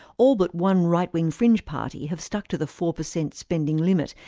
all but one right-wing fringe party have stuck to the four percent spending limit,